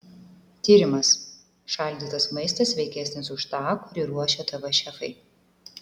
tyrimas šaldytas maistas sveikesnis už tą kurį ruošia tv šefai